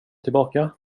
tillbaka